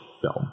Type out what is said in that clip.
film